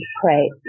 pray